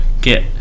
get